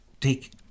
take